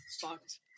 fucked